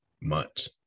months